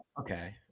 okay